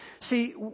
See